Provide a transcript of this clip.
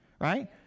Right